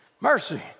Mercy